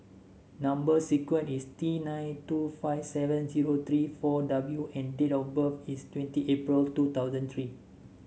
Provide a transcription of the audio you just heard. number sequence is T nine two five seven zero three four W and date of birth is twenty April two thousand three